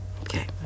Okay